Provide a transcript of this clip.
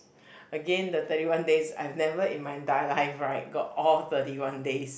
again the thirty one days I've never in my entire life right got all thirty one days